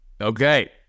Okay